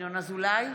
ינון אזולאי,